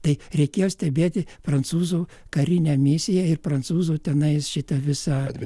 tai reikėjo stebėti prancūzų karinę misiją ir prancūzų tenais šitą visą